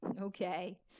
okay